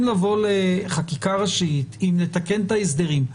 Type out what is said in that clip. לבוא לחקיקה ראשית עם תיקון ההסדרים.